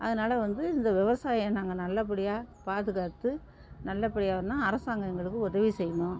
அதனால வந்து இந்த விவசாயம் நாங்கள் நல்லபடியாக பாதுகாத்து நல்லபடியானா அரசாங்கம் எங்களுக்கு உதவி செய்யணும்